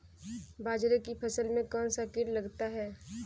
बाजरे की फसल में कौन सा कीट लगता है?